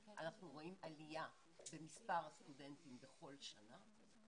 אנחנו רואים עלייה במספר הסטודנטים בכל שנה,